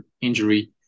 injury